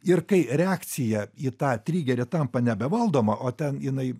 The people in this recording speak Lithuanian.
ir kai reakcija į tą trigerį tampa nebevaldoma o ten jinai